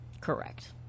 correct